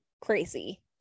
crazy